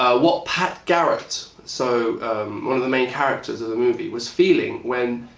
ah what patt garrett, so one of the main characters of the movie was feeling when